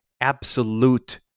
absolute